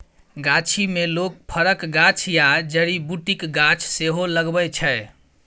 गाछी मे लोक फरक गाछ या जड़ी बुटीक गाछ सेहो लगबै छै